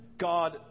God